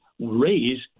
raise